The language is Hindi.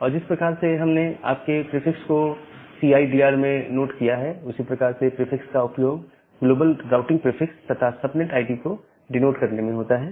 और जिस तरह से हमने आपके प्रीफिक्स को सीआईडीआर में नोट किया है उसी प्रकार से प्रीफिक्स का उपयोग ग्लोबल राइटिंग प्रीफिक्स तथा सबनेट आईडी को डिनोट करने में होता है